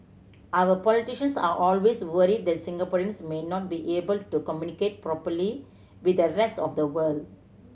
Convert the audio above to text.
our politicians are always worried that Singaporeans may not be able to communicate properly with the rest of the world